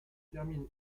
termine